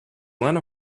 lena